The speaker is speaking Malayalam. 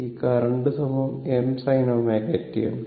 ഈ കറന്റ് m sin ωt ആണ്